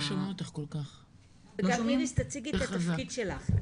אני אציג את עצמי.